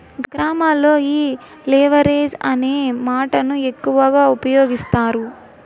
గ్రామాల్లో ఈ లెవరేజ్ అనే మాటను ఎక్కువ ఉపయోగిస్తారు